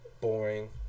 boring